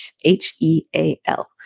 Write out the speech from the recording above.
H-E-A-L